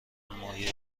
مایع